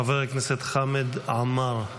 חבר הכנסת חמד עמאר,